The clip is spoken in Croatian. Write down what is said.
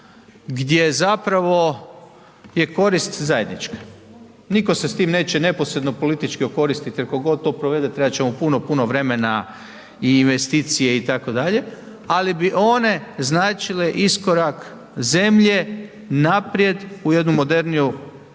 gdje zapravo je korist zajednička. Nitko se s tim neće neposredno politički okoristiti kako god to provede trebat će mu puno, puno vremena i investicije itd., ali bi one značile iskorak zemlje naprijed u jednu moderniju